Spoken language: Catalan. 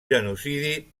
genocidi